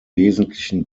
wesentlichen